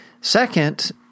Second